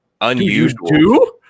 unusual